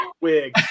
wig